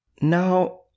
Now